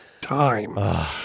time